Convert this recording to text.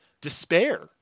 despair